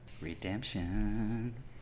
Redemption